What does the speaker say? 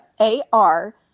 A-R